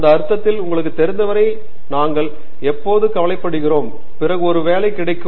இந்த அர்த்தத்தில் உங்களுக்குத் தெரிந்தவரை நாங்கள் எப்போதும் கவலைப்படுகிறோம் பிறகு ஒரு வேலை கிடைக்கும்